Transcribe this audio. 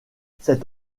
cette